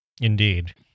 Indeed